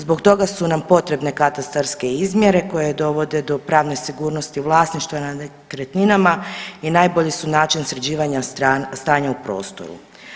Zbog toga su nam potrebne katastarske izmjere koje dovode do pravne sigurnosti vlasništva na nekretninama i najbolji su način sređivanja stanja u prostoru.